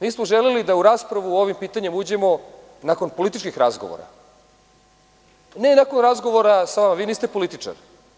Mi smo želeli da u raspravu ovim pitanjem uđemo nakon političkih razgovora, a ne nakon razgovora sa vama, jer vi niste političar.